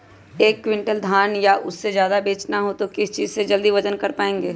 एक क्विंटल धान या उससे ज्यादा बेचना हो तो किस चीज से जल्दी वजन कर पायेंगे?